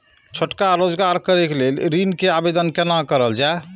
छोटका रोजगार करैक लेल ऋण के आवेदन केना करल जाय?